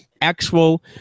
actual